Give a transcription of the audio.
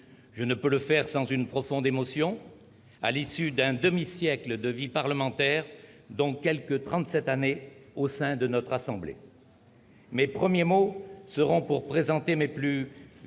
Je ne peux le faire sans une profonde émotion, à l'issue d'un demi-siècle de vie parlementaire, dont quelque trente-sept années au sein de notre assemblée. Mes premiers mots seront pour présenter mes plus sincères